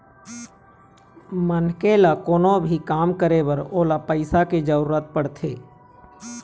मनखे ल कोनो भी काम करे बर ओला पइसा के जरुरत पड़थे